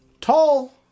tall